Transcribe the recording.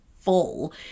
full